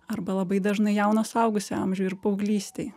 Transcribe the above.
arba labai dažnai jauno suaugusio amžiuj ir paauglystėj